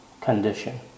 condition